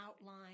outline